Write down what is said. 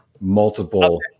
multiple